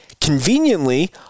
Conveniently